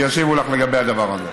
וישיבו לך לגבי הדבר הזה.